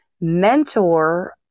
mentor